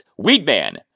Weedman